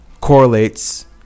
correlates